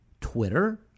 Twitter